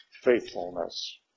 faithfulness